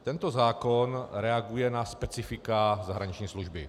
Tento zákon reaguje na specifika zahraniční služby.